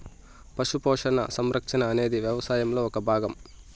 పశు పోషణ, సంరక్షణ అనేది వ్యవసాయంలో ఒక భాగం